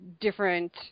different